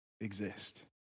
exist